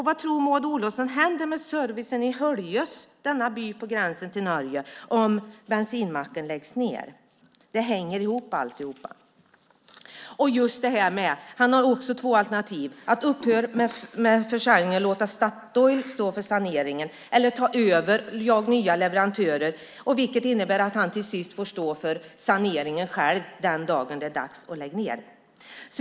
Vad tror Maud Olofsson händer med servicen i Höljes, denna by på gränsen till Norge, om bensinmacken läggs ned? Allting hänger ihop. Han har också två alternativ: att upphöra med försäljningen och låta Statoil stå för saneringen eller att ta över och jaga nya leverantörer, vilket innebär att han till sist får stå för saneringen själv den dagen det är dags att lägga ned.